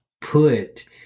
put